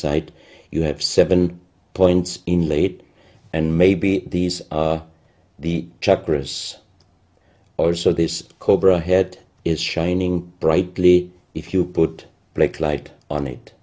side you have seven points in late and maybe these are the chakras or so this cobra head is shining brightly if you put a brake light on it